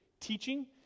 teaching